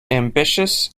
ambitious